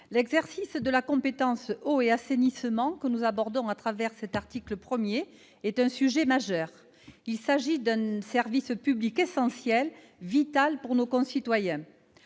l'exercice de la compétence « eau et assainissement », que nous abordons à travers cet article 1, est un sujet majeur. Il s'agit d'un service public essentiel et vital pour nos concitoyens.